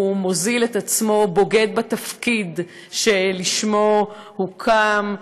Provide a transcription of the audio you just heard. הוא מוזיל את עצמו, בוגד בתפקיד שלשמו הוקם,